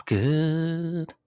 good